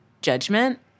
judgment